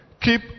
Keep